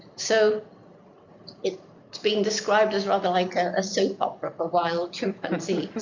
so it's being described as rather like a ah soap opera for wild chimpanzees.